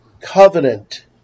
covenant